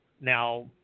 Now